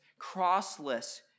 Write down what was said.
crossless